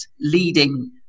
leading